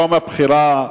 יום הבחירה,